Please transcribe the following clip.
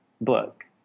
book